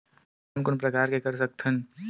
कोन कोन प्रकार के कर सकथ हन?